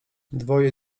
dwoje